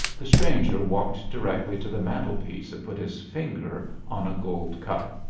the stranger walked directly to the mantelpiece and put his finger on a gold cup.